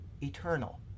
eternal